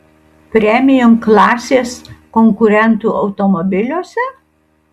premium klasės konkurentų automobiliuose